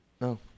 No